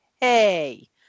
hey